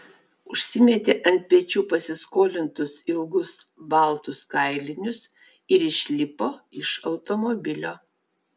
užsimetė ant pečių pasiskolintus ilgus baltus kailinius ir išlipo iš automobilio